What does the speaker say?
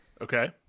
Okay